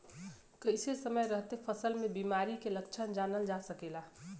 कइसे समय रहते फसल में बिमारी के लक्षण जानल जा सकेला?